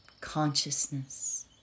Consciousness